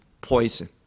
poison